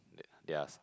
theirs